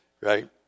right